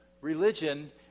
religion